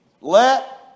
Let